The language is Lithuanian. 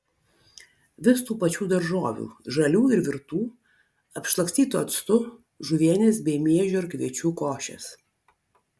vis tų pačių daržovių žalių ir virtų apšlakstytų actu žuvienės bei miežių ar kviečių košės